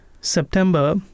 September